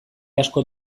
asko